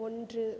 ஒன்று